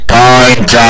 point